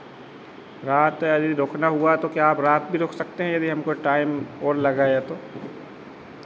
रात यदि रुकना हुआ तो क्या आप रात भी रुक सकते हैं यदि हमको टाइम और लगा या तो